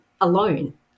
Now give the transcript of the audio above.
alone